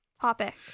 topic